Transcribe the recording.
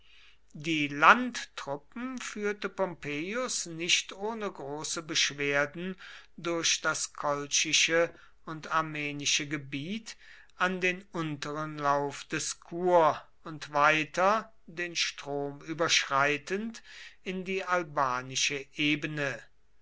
die landtruppen führte pompeius nicht ohne große beschwerden durch das kolchische und armenische gebiet an den unteren lauf des kur und weiter den strom überschreitend in die albanische ebene